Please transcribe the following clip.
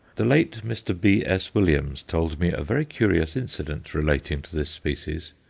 the late mr. b s. williams told me a very curious incident relating to this species.